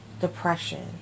depression